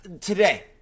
Today